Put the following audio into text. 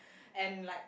and like